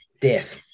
death